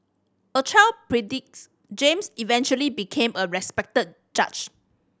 a child James eventually became a respected judge